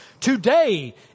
today